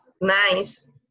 nice